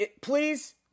please